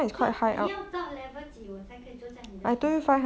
so 你要到 level 几我才可以坐在你的床上